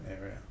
area